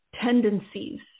tendencies